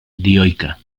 dioica